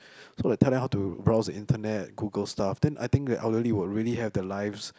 so like tell them how to browse the internet Google stuff then I think that elderly will really have their lives